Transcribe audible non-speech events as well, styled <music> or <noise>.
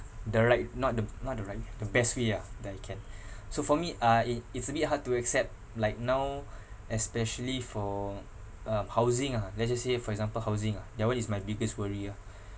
the right not the not the right the best way ah that I can <breath> so for me uh it it's a bit hard to accept like now especially for um housing ah let's just say for example housing ah that [one] is my biggest worry ah